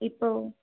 இப்போது